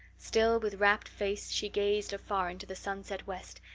still with rapt face she gazed afar into the sunset west,